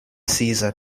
caesar